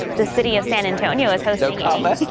the city of san antonio so so um but